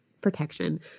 protection